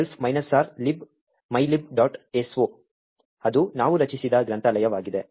so ಅದು ನಾವು ರಚಿಸಿದ ಗ್ರಂಥಾಲಯವಾಗಿದೆ